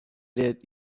that